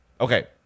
Okay